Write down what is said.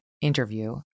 interview